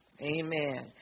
amen